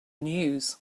news